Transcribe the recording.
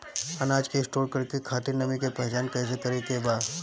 अनाज के स्टोर करके खातिर नमी के पहचान कैसे करेके बा?